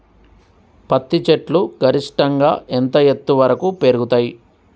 పత్తి చెట్లు గరిష్టంగా ఎంత ఎత్తు వరకు పెరుగుతయ్?